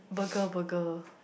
burger burger